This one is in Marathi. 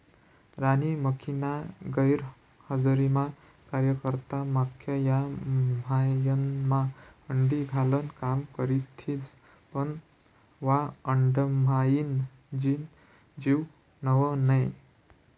राणी माखीना गैरहजरीमा कार्यकर्ता माख्या या मव्हायमा अंडी घालान काम करथिस पन वा अंडाम्हाईन जीव व्हत नै